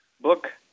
book